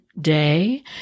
day